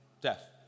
Death